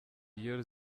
iyo